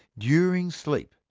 during sleep,